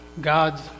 God's